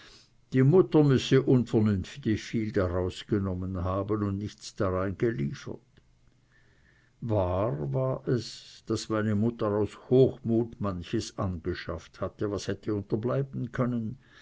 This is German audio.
die mutter müsse unvernünftig viel daraus genommen haben und nichts darein geliefert wahr war es daß meine mutter aus hochmut manches angeschafft hatte was hätte unterbleiben können